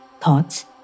thoughts